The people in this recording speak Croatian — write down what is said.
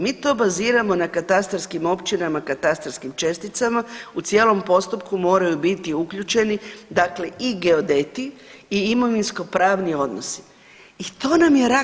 Mi to baziramo na katastarskim općinama, katastarskim česticama u cijelom postupku moraju biti uključeni dakle i geodeti i imovinskopravni odnosi i to nam je rak rana.